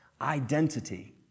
identity